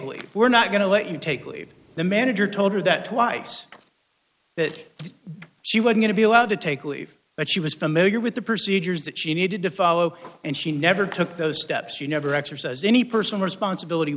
we're not going to let you take leave the manager told her that twice that she wouldn't be allowed to take leave but she was familiar with the procedures that she needed to follow and she never took those steps you never exercised any personal responsibility